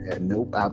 nope